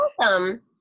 awesome